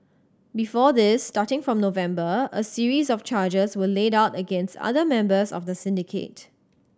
before this starting from November a series of charges were laid out against other members of the syndicate